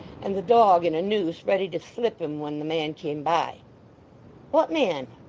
and the dog in a noose ready to slip him when the man came by what man